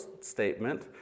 statement